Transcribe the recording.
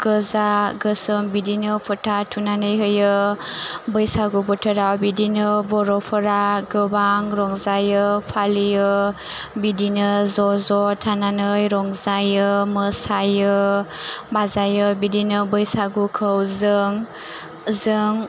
गोजा गोसोम बिदिनो फोथा थुनानै होयो बैसागु बोथोराव बिदिनो बर'फोरा गोबां रंजायो फालियो बिदिनो ज' ज' थानानै रंजायो मोसायो बाजायो बिदिनो बैसागुखौ जों जों